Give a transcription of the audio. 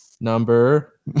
number